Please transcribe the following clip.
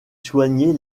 soigner